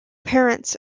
parents